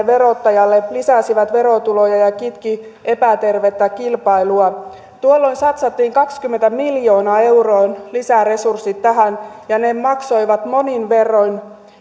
verottajalle lisäsivät verotuloja ja kitkivät epätervettä kilpailua tuolloin satsattiin kahdenkymmenen miljoonan euron lisäresurssit tähän ja ne maksoivat monin verroin